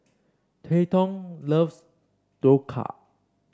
Treyton loves Dhokla